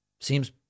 Seems